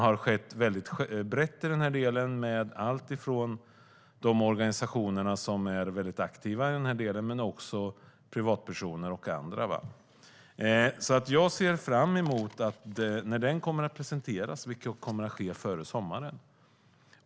Det sker väldigt brett med de organisationer som är väldigt aktiva i den delen men också med privatpersoner och andra. Jag ser fram emot att den kommer att presenteras, vilket kommer att ske före sommaren.